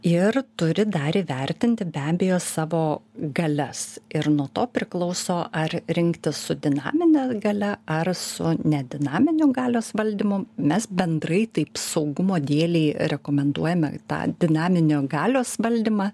ir turi dar įvertinti be abejo savo galias ir nuo to priklauso ar rinktis su dinamine galia ar su ne dinaminiu galios valdymu mes bendrai taip saugumo dėlei rekomenduojame tą dinaminį galios valdymą